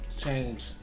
change